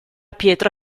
pietra